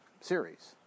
series